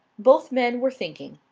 both men were thinking.